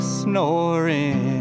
snoring